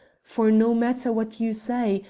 for, no matter what you say,